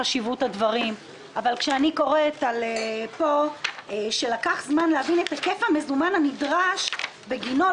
זה פתח לקריסה של תעשיות חדשות, לא